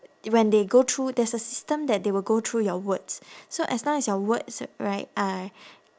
when they go through there's a system that they will go through your words so as long as your words right are